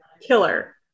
killer